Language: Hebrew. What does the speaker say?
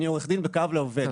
אני עורך דין בקו לעובד,